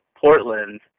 Portland